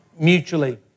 mutually